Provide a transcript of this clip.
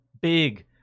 big